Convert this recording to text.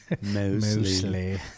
Mostly